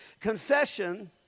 Confession